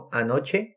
anoche